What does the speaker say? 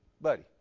buddy